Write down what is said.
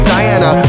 Diana